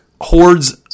hordes